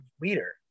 leader